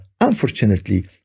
Unfortunately